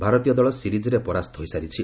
ଭାରତୀୟ ଦଳ ସିରିଜ୍ରେ ପରାସ୍ତ ହୋଇସାରିଛି